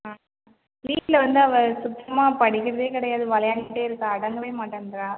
ஆ வீட்டில் வந்து அவ சுத்தமாக படிக்கிறதே கிடையாது விளையாண்டுட்டே இருக்கா அடங்கவே மாட்டேன்றா